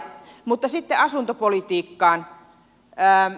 mutta sitten asuntopolitiikkaan